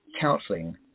counseling